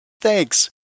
Thanks